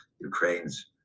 Ukraine's